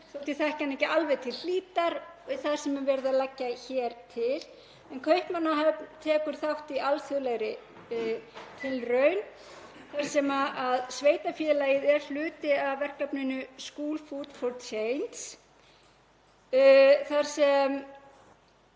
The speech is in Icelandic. þekki hana ekki alveg til hlítar, og sú sem verið að leggja hér til. Kaupmannahöfn tekur þátt í alþjóðlegri tilraun þar sem sveitarfélagið er hluti af verkefninu Schoolfood4change þar sem